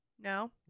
No